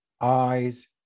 eyes